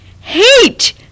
hate